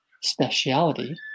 speciality